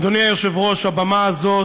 אדוני היושב-ראש, הבמה הזאת,